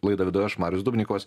laidą vedu aš marius dubnikovas